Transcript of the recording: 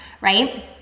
right